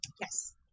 Yes